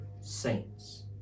saints